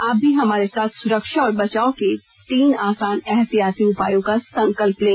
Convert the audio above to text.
आप भी हमारे साथ सुरक्षा और बचाव के तीन आसान एहतियाती उपायों का संकल्प लें